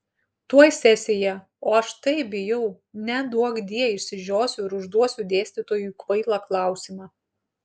tuoj sesija o aš taip bijau neduokdie išsižiosiu ir užduosiu dėstytojui kvailą klausimą